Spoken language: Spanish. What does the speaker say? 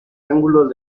ángulos